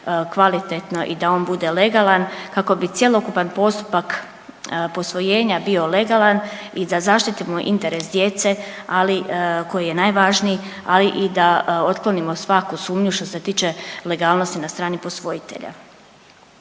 kvalitetno i da on bude legalan kako bi cjelokupan postupak posvojenja bio legalan i da zaštitimo interes djece, ali koji je najvažniji, ali i da otklonimo svaku sumnju što se tiče legalnosti na strani posvojitelja.